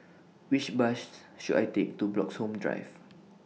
Which buses should I Take to Bloxhome Drive